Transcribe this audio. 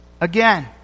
again